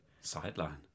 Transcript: Sideline